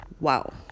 Wow